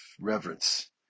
reverence